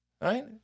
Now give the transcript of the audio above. Right